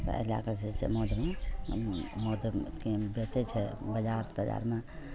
तऽ एहि लए कऽ जे छै मधमे मधके बेचैत छै बजार तजारमे